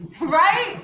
right